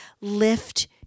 lift